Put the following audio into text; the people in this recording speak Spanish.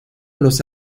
los